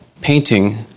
painting